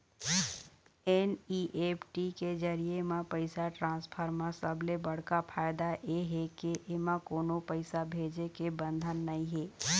NEFT के जरिए म पइसा ट्रांसफर म सबले बड़का फायदा ए हे के एमा कोनो पइसा भेजे के बंधन नइ हे